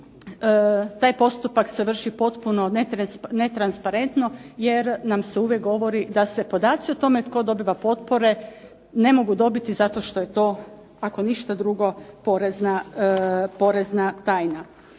taj postupak se vrši potpuno netransparentno jer nam se uvijek govori da se podaci o tome tko dobiva potpore ne mogu dobiti zato što je to ako ništa drugo porezna tajna.